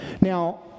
Now